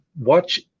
watch